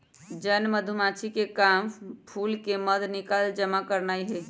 जन मधूमाछिके काम फूल से मध निकाल जमा करनाए हइ